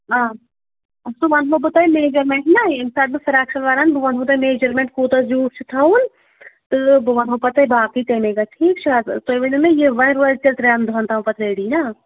آ سُہ وَنہو بہٕ تۄہہِ میجَرمینٛٹ نا ییٚمہِ ساتہٕ بہٕ فرٛاک شلوار انہٕ بہٕ وَنہو تۄہہِ میجرمینٛٹ کوٗتاہ زیوٗٹھ چھُ تھاوُن تہٕ بہٕ وَنہٕ ہو پتہٕ تۄہہِ باقٕے تَمے گژھِ ٹھیٖک چھ حظ تُۍ ؤنو مےٚ وۄنۍ روزِ تیٚلہِ ترٛین دۄہن تام پَتہٕ ریڈی نا